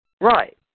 Right